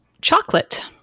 chocolate